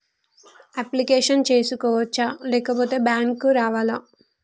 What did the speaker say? Application చేసుకోవచ్చా లేకపోతే bank రావాలా?